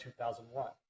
2001